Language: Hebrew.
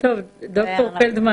דוקטור פלדמן